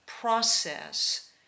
process